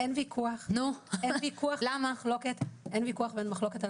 אין וויכוח, אין וויכוח ואין מחלוקת.